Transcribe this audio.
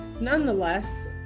nonetheless